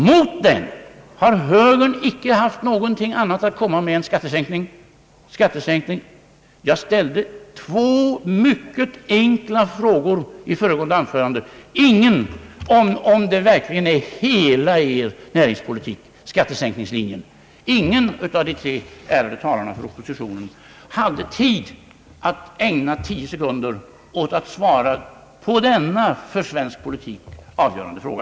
Mot detta har högern inte haft något annat att komma med än skattesänkning! Jag ställde två mycket enkla frågor i mitt föregående anförande. Ingen har svarat på frågan, om skattesänkningslinjen verkligen är hela er näringspolitik. Ingen av de tre ärade talarna från oppositionen hade tid att ägna tio sekunder till att svara på denna för svensk politik avgörande fråga.